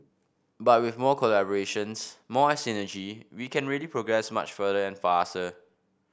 but with more collaborations more synergy we can really progress much further and faster